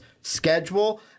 schedule